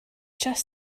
just